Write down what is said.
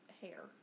hair